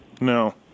No